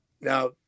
now